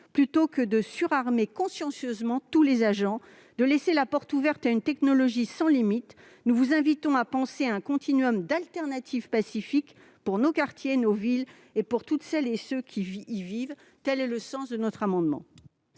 Plutôt que de surarmer consciencieusement tous les agents, de laisser la porte ouverte à une technologie sans limites, nous vous invitons à penser un continuum d'alternatives pacifiques pour nos quartiers, nos villes et pour toutes celles et tous ceux qui y vivent. Tel est le sens de notre amendement.